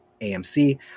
AMC